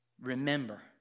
remember